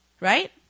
right